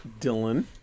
Dylan